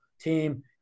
team